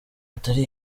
atari